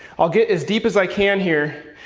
i'll get as deep as i can here,